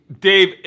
Dave